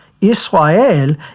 Israel